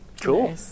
Cool